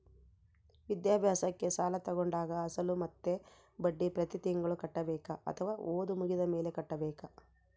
ವಿದ್ಯಾಭ್ಯಾಸಕ್ಕೆ ಸಾಲ ತೋಗೊಂಡಾಗ ಅಸಲು ಮತ್ತೆ ಬಡ್ಡಿ ಪ್ರತಿ ತಿಂಗಳು ಕಟ್ಟಬೇಕಾ ಅಥವಾ ಓದು ಮುಗಿದ ಮೇಲೆ ಕಟ್ಟಬೇಕಾ?